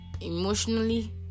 emotionally